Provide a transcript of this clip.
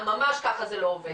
סליחה, ממש ככה זה לא עובד.